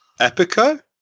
Epico